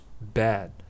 bad